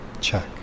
check